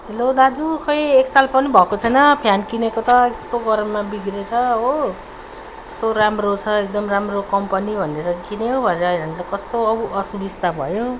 hello दाजु खोई एक साल पनि भएको छैन फ्यान किनेको त यस्तो गरममा बिग्रेर हो यस्तो राम्रो छ एकदम राम्रो कम्पनी भनेर किन्यो भरे अहिले हेर्नु त कस्तो औ असुविस्ता भयो